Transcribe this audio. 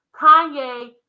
Kanye